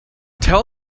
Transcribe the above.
tell